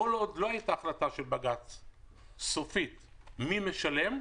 כל עוד לא הייתה החלטה סופית של בג"ץ מי משלם,